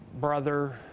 brother